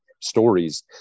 stories